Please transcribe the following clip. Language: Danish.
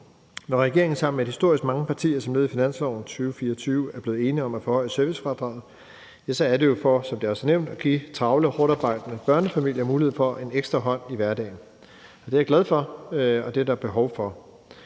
Når regeringen sammen med historisk mange partier som led i finansloven for 2024 er blevet enige om at forhøje servicefradraget, er det jo for, som det også er nævnt, at give travle og hårdtarbejdende børnefamilier mulighed for en ekstra hånd i hverdagen. Det er jeg glad for, for det er der behov for.